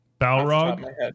Balrog